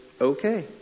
okay